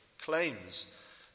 claims